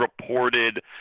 reported